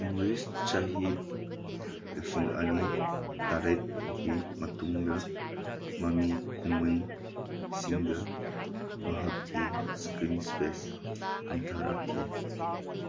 ꯏꯪ ꯆꯍꯤ ꯂꯤꯁꯤꯡ ꯑꯅꯤ ꯇꯔꯦꯠꯀꯤ ꯃꯇꯨꯡꯗ ꯃꯃꯤ ꯀꯨꯝꯃꯩꯁꯤꯡꯗ ꯃꯍꯥꯛꯀꯤ ꯏꯁꯀ꯭ꯔꯤꯟ ꯏꯁꯄꯦꯁ ꯍꯟꯊꯔꯛꯈꯤ